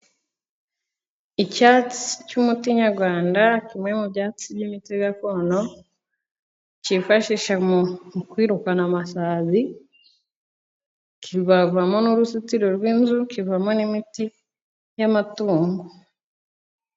Icyatsi cy'umuti nyarwanda kimwe mu byatsi by'imiti gakondo cyifashishwa mu kwirukana amasazi, kibazwamo n'uruzitiro rw'inzu, kivamo n'imiti y'amatungo.